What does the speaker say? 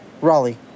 Raleigh